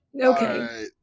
Okay